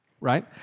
Right